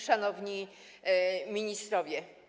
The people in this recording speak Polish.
Szanowni Ministrowie!